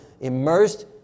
immersed